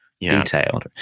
detailed